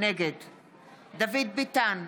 נגד דוד ביטן,